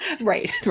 right